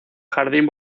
jardín